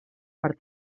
per